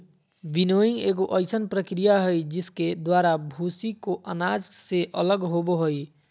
winnowing एगो अइसन प्रक्रिया हइ जिसके द्वारा भूसी को अनाज से अलग होबो हइ